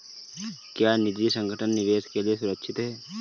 क्या निजी संगठन निवेश के लिए सुरक्षित हैं?